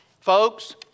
Folks